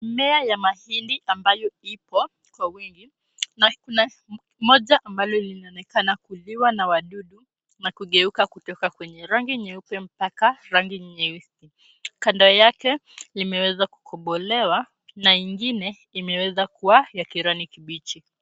Mimea ya mahindi ambayo ipo kwa wingi. Kuna hindi moja ambalo linaonekana kuliwa na wadudu na kugeuka kutoka kwenye rangi nyeupe mpaka rangi nyeusi. Kando yake imeweza kugombolewa na ingine imeweza kuwa ya kijani kibichi.